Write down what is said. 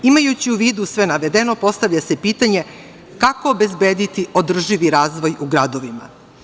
Imajući u vidu sve navedeno, postavlja se pitanje, kako obezbediti održivi razvoj u gradovima?